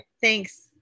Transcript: Thanks